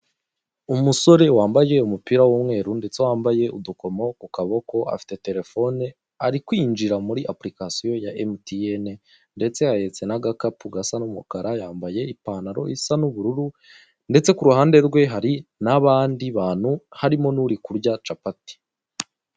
Umusore wambaye umupira w'umweru ndetse wambaye udukomo ku maboko, afite telefone, ari kwinjira muri apurikasiyo ya Emutiyene ndetse ahetse n'agakapu gasa n'umukara, yambaye ipantaro isa n'ubururu, ndetse ku ruhande rwe kari n'abandi bantu harimo n'uri kurya capati.